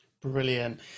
Brilliant